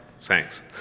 Thanks